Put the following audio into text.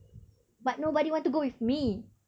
but nobody want to go with me